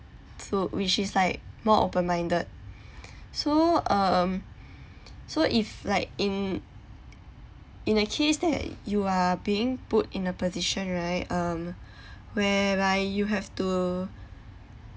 so which is like more open minded so um so if like in in a case that you are being put in a position right um whereby you have to